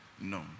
No